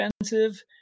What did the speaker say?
expensive